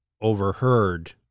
overheard